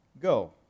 go